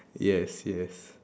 yes yes